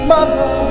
Mother